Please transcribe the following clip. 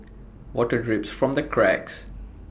water drips from the cracks